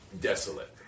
desolate